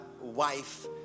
wife